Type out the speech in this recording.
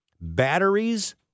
batteries